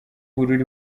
ubururu